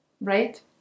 right